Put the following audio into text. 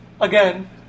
again